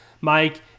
Mike